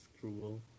cruel